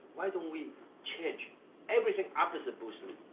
why don't we change everything opposite bruce lee.